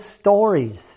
stories